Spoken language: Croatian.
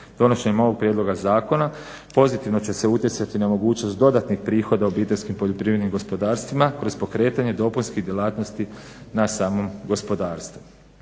Donošenjem ovog prijedloga zakona pozitivno će se utjecati na mogućnosti dodatnih prihoda OPG-a kroz pokretanje dopunskih djelatnosti na samom gospodarstvu.